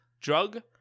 Drug